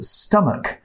stomach